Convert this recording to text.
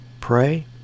pray